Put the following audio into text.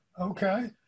Okay